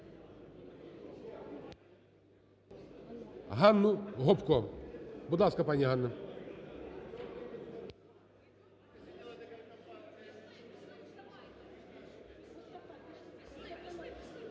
Ганну Гопко. Будь ласка, пані Ганно.